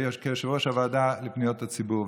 כיושב-ראש הוועדה לפניות הציבור,